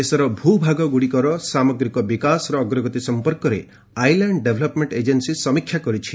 ଦେଶର ଭୂ ଭାଗଗୁଡ଼ିକର ସାମଗ୍ରୀକ ବିକାଶର ଅଗ୍ରଗତି ସମ୍ପର୍କରେ ଆଇଲ୍ୟାଣ୍ଡ ଡେଭଲପମେଣ୍ଟ ଏଜେନ୍ନୀ ସମୀକ୍ଷା କରିଛି